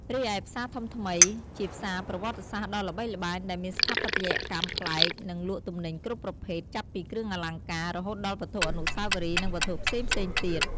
រីឯផ្សារធំថ្មី ជាផ្សារប្រវត្តិសាស្ត្រដ៏ល្បីល្បាញ ដែលមានស្ថាបត្យកម្មប្លែក និងលក់ទំនិញគ្រប់ប្រភេទ ចាប់ពីគ្រឿងអលង្ការ រហូតដល់វត្ថុអនុស្សាវរីយ៍ និងវត្ថុផ្សេងៗទៀត។